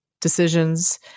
decisions